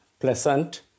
pleasant